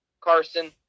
Carson